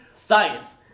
Science